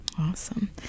Awesome